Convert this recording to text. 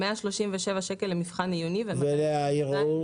137 שקלים למבחן עיוני ו- -- והערעור?